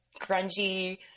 grungy